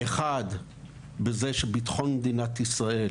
הדבר הראשון הוא שביטחון מדינת ישראל